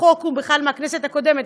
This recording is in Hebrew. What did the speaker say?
החוק הוא בכלל מהכנסת הקודמת,